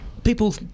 People